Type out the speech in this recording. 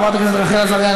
חברת הכנסת רחל עזריה,